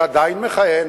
שעדיין מכהן,